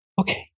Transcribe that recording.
okay